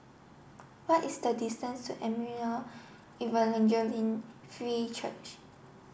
what is the distance to Emmanuel Free Church